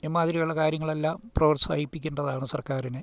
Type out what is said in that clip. ഇമ്മാതിരിയുള്ള കാര്യങ്ങളെല്ലാം പ്രോത്സാഹിപ്പിക്കേണ്ടതാണ് സർക്കാരിനെ